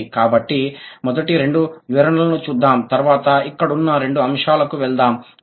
కాబట్టి మొదటి రెండు వివరణలను చూద్దాం తర్వాత ఇక్కడ ఉన్న రెండు అంశాలకు వెళ్దాం